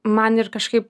man ir kažkaip